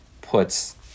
puts